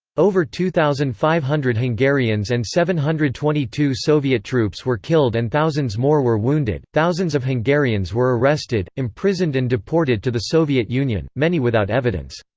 over two thousand five hundred hungarians and seven hundred and twenty two soviet troops were killed and thousands more were wounded thousands of hungarians were arrested, imprisoned and deported to the soviet union, many without evidence.